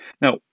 Now